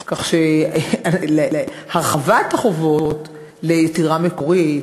כך שלהרחבת החובות ליצירה מקורית,